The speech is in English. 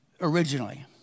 originally